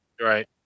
right